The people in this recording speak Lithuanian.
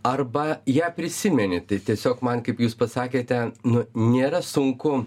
arba ją prisimeni tai tiesiog man kaip jūs pasakėte nu nėra sunku